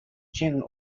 chin